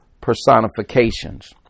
personifications